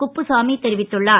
குப்புசாமி தெரிவித்துள்ளார்